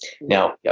Now